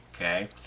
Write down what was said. okay